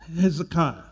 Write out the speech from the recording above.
Hezekiah